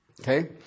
Okay